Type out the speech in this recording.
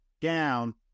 down